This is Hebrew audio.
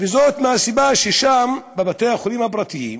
מהסיבה ששם, בבתי-החולים הפרטיים,